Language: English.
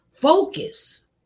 Focus